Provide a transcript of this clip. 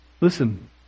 Listen